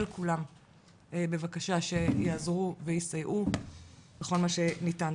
אל כולם בבקשה שיעזרו ויסייעו בכל מה שניתן.